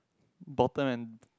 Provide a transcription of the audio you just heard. bottom and